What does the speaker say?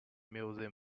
museum